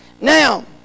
Now